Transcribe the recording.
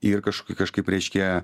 ir kaž kažkaip reiškia